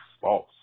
false